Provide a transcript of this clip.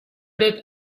did